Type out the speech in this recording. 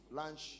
lunch